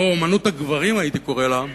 או "אמנות הגברים" הייתי קורא לה,